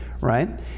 right